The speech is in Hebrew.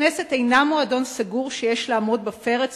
הכנסת אינה מועדון סגור שיש לעמוד בפרץ